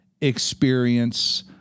experience